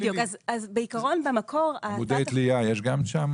בדיוק, אז בעקרון, במקור, הצעת